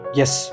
yes